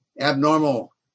Abnormal